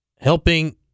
Helping